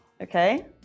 Okay